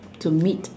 to meet